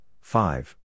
five